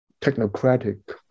technocratic